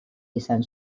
izan